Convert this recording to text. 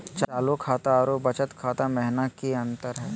चालू खाता अरू बचत खाता महिना की अंतर हई?